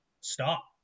stop